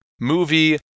movie